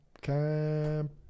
Camp